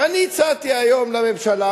ואני הצעתי היום לממשלה,